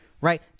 right